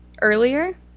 earlier